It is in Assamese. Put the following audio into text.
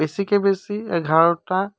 বেছিতকৈ বেছি এঘাৰটা